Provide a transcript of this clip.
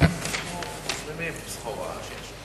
הסביבה נתקבלה.